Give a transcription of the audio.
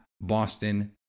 Boston